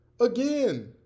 Again